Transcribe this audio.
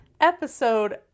episode